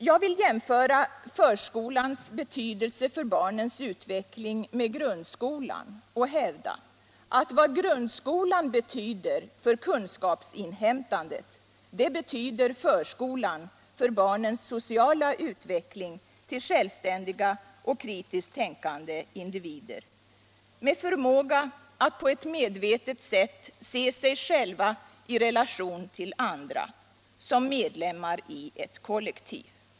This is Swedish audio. Jag vill jämföra förskolans betydelse för barnens utveckling med grundskolans och hävda att vad grundskolan betyder för kunskapsinhämtandet, det betyder förskolan för barnens sociala utveckling till självständiga och kritiskt tänkande individer, med förmåga att på ett medvetet sätt se sig själva i relation till andra — som medlemmar i ett kollektiv.